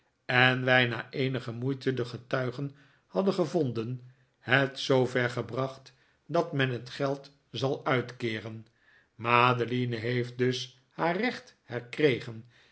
en wij na eenige moeite de getuigen hadden gevonden het zoover gebracht dat men het geld zal uitkeeren madeline heeft dus haar recht herkregen